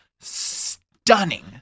Stunning